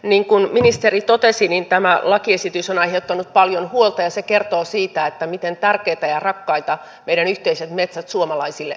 niin kuin ministeri totesi tämä lakiesitys on aiheuttanut paljon huolta ja se kertoo siitä miten tärkeitä ja rakkaita meidän yhteiset metsämme suomalaisille ovat